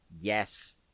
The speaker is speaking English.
Yes